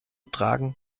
tragen